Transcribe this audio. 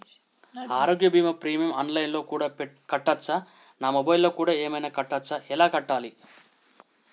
ఆరోగ్య బీమా premium online లో కూడా కట్టచ్చా? నా మొబైల్లో కూడా ఏమైనా కట్టొచ్చా? ఎలా కట్టాలి?